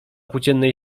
płóciennej